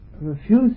refuse